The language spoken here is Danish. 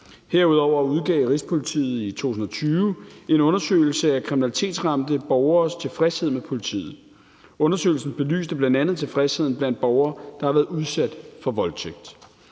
Herudover udgav Rigspolitiet i 2020 en undersøgelse af kriminalitetsramte borgeres tilfredshed med politiet. Undersøgelsen belyste bl.a. tilfredsheden blandt borgere, der har været udsat for voldtægt.